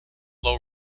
low